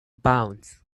bounds